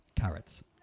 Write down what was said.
Carrots